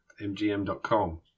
MGM.com